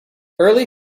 early